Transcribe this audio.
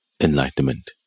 enlightenment